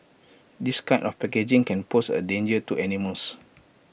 this kind of packaging can pose A danger to animals